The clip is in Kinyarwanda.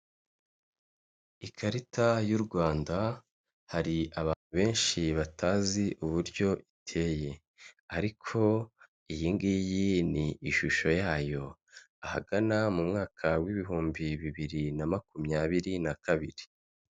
Ikarita y'u Rwanda hari abantu benshi batazi uburyo iteye, ariko iyi ngiyi ni ishusho yayo ahagana mu mwaka w'ibihumbi bibiri na makumyabiri na kabiri.